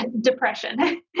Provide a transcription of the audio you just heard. Depression